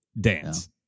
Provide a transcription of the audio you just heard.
dance